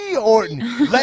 Orton